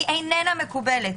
היא אינה מקובלת.